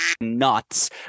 nuts